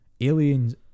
Aliens